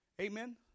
Amen